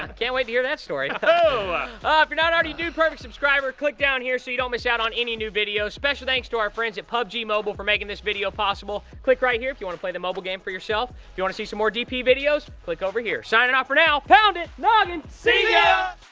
um can't wait to hear that story. oh! ah if you're not already a dude perfect subscriber, click down here so you don't miss out on any new video. special thanks to our friends at pubg mobile for making this video possible. click right here if you want to play the mobile game for yourself. if you want to see some more dp videos, click over here. signing off for now. pound it! noggin! see yeah